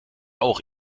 auch